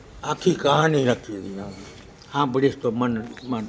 આખી કહાની લખી નાંખી સાંભળીશ તો મનમાં